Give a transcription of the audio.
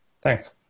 Thanks